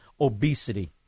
obesity